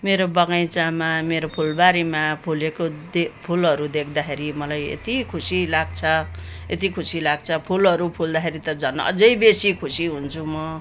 मेरो बगैँचामा मेरो फुलबारीमा फुलेको दे फुलहरू देख्दाखेरि मलाई यति खुसी लाग्छ यति खुसी लाग्छ फुलहरू फुल्दाखेरि त झन् अझै बेसी खुसी हुन्छु म